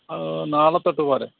നാളെ തൊട്ട് പോര്